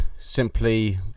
simply